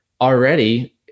already